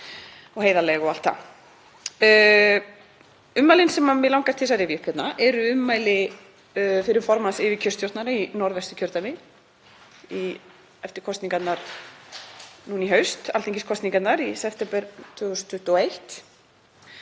og heiðarleg og allt það. Ummælin sem mig langar til að rifja upp eru ummæli fyrrverandi formanns yfirkjörstjórnar í Norðvesturkjördæmi eftir kosningarnar núna í haust, alþingiskosningarnar í september 2021.